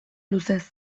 luzez